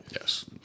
Yes